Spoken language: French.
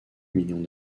millions